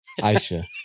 Aisha